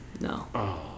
No